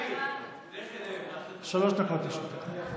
שלוש דקות לרשותך.